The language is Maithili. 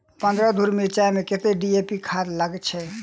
पन्द्रह धूर मिर्चाई मे कत्ते डी.ए.पी खाद लगय छै?